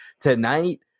Tonight